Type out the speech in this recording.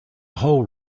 whole